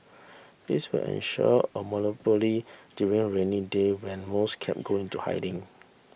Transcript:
this will ensure a monopoly during rainy day when most cab go into hiding